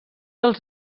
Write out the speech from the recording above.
els